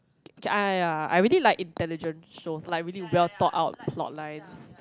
K I ya I really like intelligent shows like really well thought out plot lines